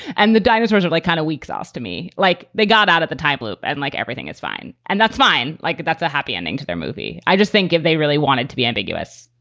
and the dinosaurs are like kind of weeks ah ostomy, like they got out at the time loop and like, everything is fine and that's fine. like, that's a happy ending to their movie i just think if they really wanted to be ambiguous,